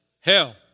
hell